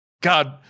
God